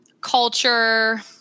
culture